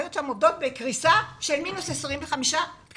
האחיות שם עובדות בקריסה של מינוס 25 תקנים,